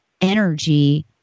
energy